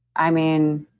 i mean,